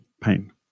pain